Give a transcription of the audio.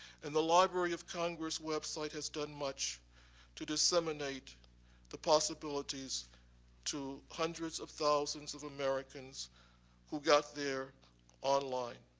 and the library of congress website has done much to disseminate the possibilities to hundreds of thousands of americans who got there online.